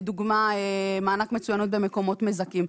לדוגמה מענק מצוינות במקומות מזכים.